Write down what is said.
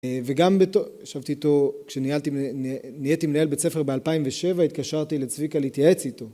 וגם ישבתי איתו... כשנהייתי מנהל בית ספר ב2007, התקשרתי לצביקה להתייעץ איתו